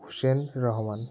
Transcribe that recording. Hussain Rahman